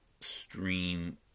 stream